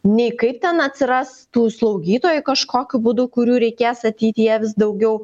nei kaip ten atsirastų slaugytojai kažkokiu būdu kurių reikės ateityje vis daugiau